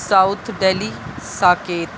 south Delhi Saket